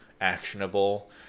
actionable